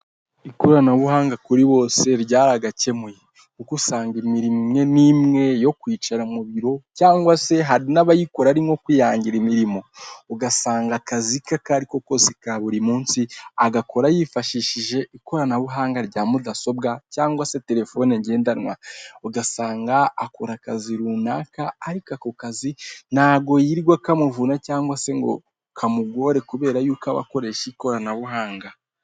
Ikoranabuhanga kuri bose ryaragakemuye, kuko usanga imirimo imwe n'imwe yo kwicara mu biro cyangwa se hari n'abayikora ari nko kwihangira imirimo, ugasanga akazi ke aka ari ko kose ka buri munsi, agakora yifashishije ikoranabuhanga rya mudasobwa cyangwa se terefone ngendanwa. Ugasanga akora akazi runaka ariko ako kazi ntabwo yirirwa kamuvuna cyangwa se ngo kamugore kubera yuko aba akoresha ikoranabuhanga.